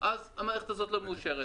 המערכת הזאת לא מאושרת.